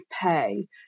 pay